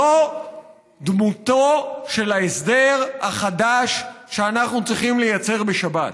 זו דמותו של ההסדר החדש שאנחנו צריכים לייצר בשבת.